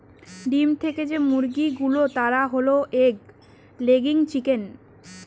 ডিম দেয় যে মুরগি গুলো তারা হল এগ লেয়িং চিকেন